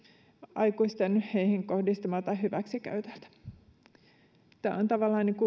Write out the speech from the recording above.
aikuisten heihin kohdistamalta hyväksikäytöltä tämä on tavallaan